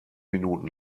minuten